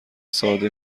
ساده